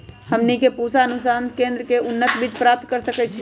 हमनी के पूसा अनुसंधान केंद्र से उन्नत बीज प्राप्त कर सकैछे?